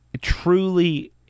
truly